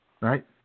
Right